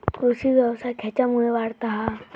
कृषीव्यवसाय खेच्यामुळे वाढता हा?